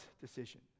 decision